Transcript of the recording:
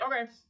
Okay